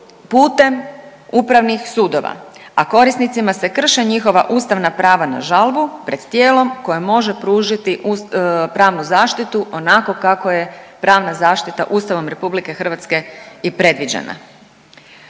putem upravnih sudova, a korisnicima se krše njihova ustavna prava na žalbu pred tijelom koje može pružiti pravnu zaštitu onako kako je pravna zaštita Ustavom RH i predviđena.